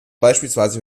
beispielsweise